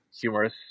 humorous